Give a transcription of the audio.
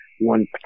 one